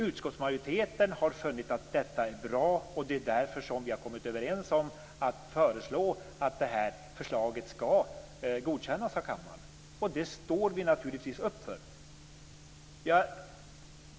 Utskottsmajoriteten har funnit att förslaget är bra, och det är därför vi har kommit överens om att föreslå att förslaget skall godkännas av kammaren. Och det står vi naturligtvis upp för.